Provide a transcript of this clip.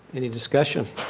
any discussion?